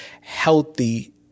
healthy